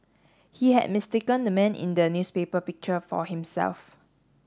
he had mistaken the man in the newspaper picture for himself